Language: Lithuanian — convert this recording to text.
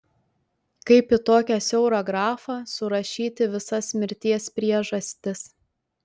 kaip į tokią siaurą grafą surašyti visas mirties priežastis